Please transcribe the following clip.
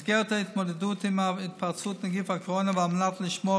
במסגרת ההתמודדות עם התפרצות נגיף הקורונה ועל מנת לשמור